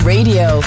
Radio